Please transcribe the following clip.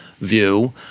view